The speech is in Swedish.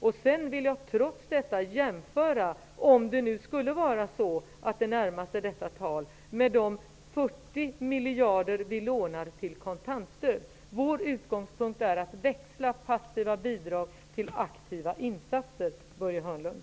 Om budgetunderskottet trots allt skulle närma sig dessa tal, vill jag jämföra det med de 40 miljarder vi lånar till kontantstöd. Vår utgångspunkt är att växla passiva bidrag till aktiva insatser, Börje Hörnlund.